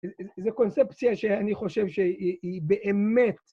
זו קונספציה שאני חושב שהיא באמת...